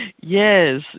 Yes